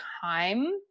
time